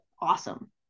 awesome